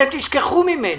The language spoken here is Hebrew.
אתם תשכחו ממני.